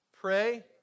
Pray